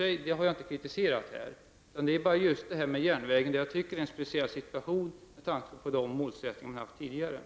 Men jag tycker att detta med järnvägen är en speciell situation med tanke på de målsättningar som har funnits tidigare.